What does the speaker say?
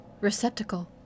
receptacle